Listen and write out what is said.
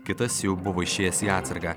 kitas jau buvo išėjęs į atsargą